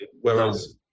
whereas